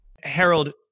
Harold